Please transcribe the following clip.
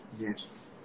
yes